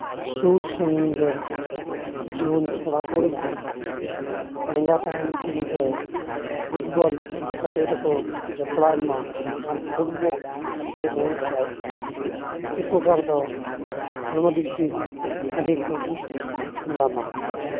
ᱥᱩᱨ ᱥᱟᱺᱜᱤᱧ ᱨᱮᱱ ᱡᱩᱣᱟᱹᱱ ᱠᱚᱲᱟᱼᱠᱩᱲᱤ ᱠᱚ ᱱᱮᱰᱟ ᱛᱟᱦᱮᱱ ᱫᱤᱱᱨᱮ ᱯᱷᱩᱴᱵᱚᱞ ᱜᱟᱛᱮᱜ ᱨᱮᱠᱚ ᱡᱚᱯᱲᱟᱜ ᱢᱟ ᱟᱨ ᱯᱷᱩᱴᱵᱚᱞ ᱜᱟᱛᱮᱜ ᱞᱮᱱᱠᱷᱟᱡ ᱩᱯᱚᱠᱟᱨ ᱫᱚ ᱦᱚᱲᱢᱚ ᱫᱤᱠ ᱫᱤᱭᱮ ᱜᱮ ᱵᱷᱟᱜᱮ ᱠᱚ ᱧᱟᱢᱟ